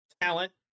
talent